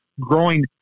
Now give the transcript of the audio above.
growing